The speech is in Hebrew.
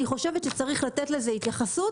אני חושבת שצריך לתת לזה התייחסות